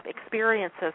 experiences